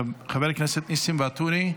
חבר הכנסת ניסים ואטורי,